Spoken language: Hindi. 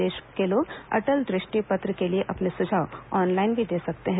प्रदेश के लोग अटल दृष्टि पत्र के लिए अपने सुझाव ऑनलाइन भी दे सकते हैं